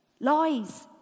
Lies